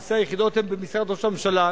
ולמעשה היחידות הן במשרד ראש הממשלה,